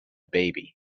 baby